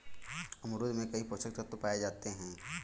अमरूद में कई पोषक तत्व पाए जाते हैं